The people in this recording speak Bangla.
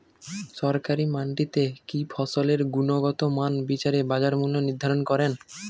সরকারি মান্ডিতে কি ফসলের গুনগতমান বিচারে বাজার মূল্য নির্ধারণ করেন?